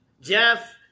jeff